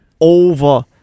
over